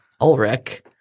Ulrich